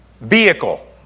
vehicle